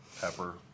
Pepper